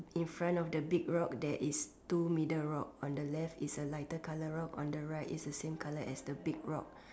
in front of the big rock there is two middle rock on the left is a lighter colour rock on the right is the same colour as the big rock